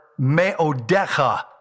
meodecha